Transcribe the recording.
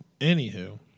Anywho